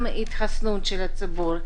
גם התחסנות הציבור,